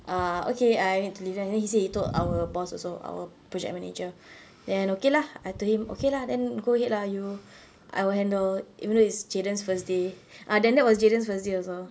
err okay I need to leave then he said he told our boss also our project manager then okay lah I told him okay lah then go ahead lah you I will handle even though it's jaden's first day ah then that was jaden's first day also